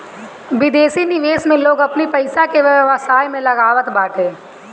विदेशी निवेश में लोग अपनी पईसा के व्यवसाय में लगावत बाटे